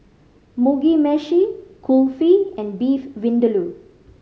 Mugi Meshi Kulfi and Beef Vindaloo